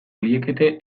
liekete